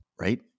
right